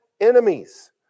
enemies